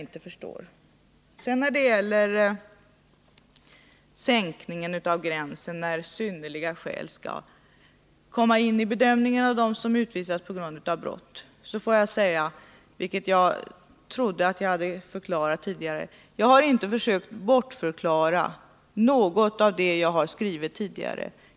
När det sedan gäller sänkningen av gränsen för när synnerliga skäl skall komma in i bedömningen av dem som utvisas på grund av brott får jag säga, vilket jag trodde att jag redan hade framhållit, att jag inte har försökt bortförklara något av det som jag skrivit tidigare.